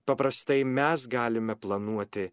paprastai mes galime planuoti